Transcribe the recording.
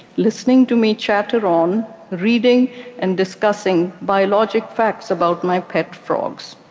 listening to me chatter on, reading and discussing biologic facts about my pet frogs.